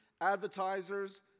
advertisers